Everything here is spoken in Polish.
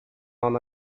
ona